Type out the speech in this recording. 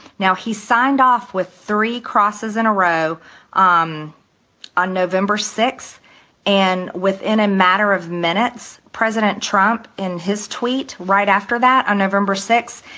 now he signed off with three crosses in a row on on november six and within a matter of minutes, president trump in his tweet right after that on november six,